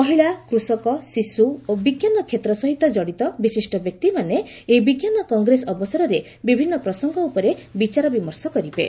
ମହିଳା କୂଷକ ଶିଶୁ ଓ ବିଜ୍ଞାନ କ୍ଷେତ୍ର ସହିତ କଡ଼ିତ ବିଶିଷ୍ଟ ବ୍ୟକ୍ତିମାନେ ଏହି ବିଜ୍ଞାନ କଂଗ୍ରେସ ଅବସରରେ ବିଭିନ୍ନ ପ୍ରସଙ୍ଗ ଉପରେ ବିଚାର ବିମର୍ଷ କରିବେ